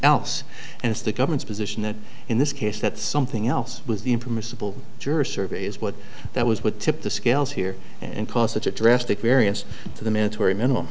else and it's the government's position that in this case that something else was the impermissible juror survey is what that was what tipped the scales here and caused such a drastic various to the mandatory minimum